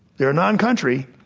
they're a non-country,